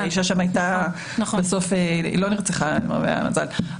האישה שם בסוף לא נרצחה למרבה המזל,